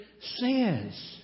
says